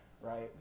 right